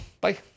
Bye